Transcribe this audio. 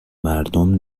مردم